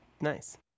Nice